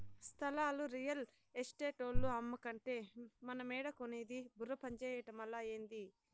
స్థలాలు రియల్ ఎస్టేటోల్లు అమ్మకంటే మనమేడ కొనేది బుర్ర పంజేయటమలా, ఏంది